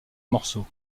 morceaux